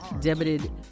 debited